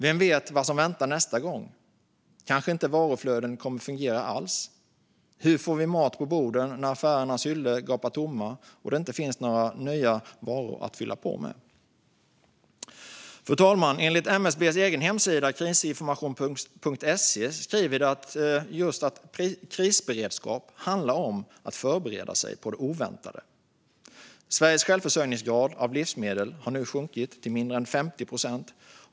Vem vet vad som väntar nästa gång? Kanske inte varuflödena kommer att fungera alls? Hur får vi mat på borden när affärernas hyllor gapar tomma och det inte finns några nya varor att fylla på med? Fru talman! På MSB:s egen hemsida krisinformation.se skriver man att krisberedskap handlar just om att förbereda sig på det oväntade. Sveriges självförsörjningsgrad av livsmedel har nu sjunkit till mindre än 50 procent.